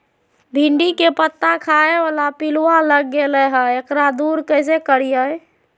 भिंडी के पत्ता खाए बाला पिलुवा लग गेलै हैं, एकरा दूर कैसे करियय?